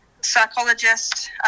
psychologist